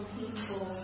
people